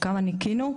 כמה ניכינו?